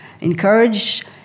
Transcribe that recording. encourage